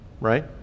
right